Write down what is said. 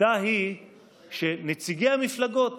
השיטה היא שנציגי המפלגות